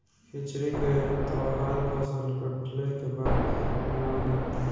खिचड़ी के तौहार फसल कटले के बाद मनावल जाला